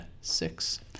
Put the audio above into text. six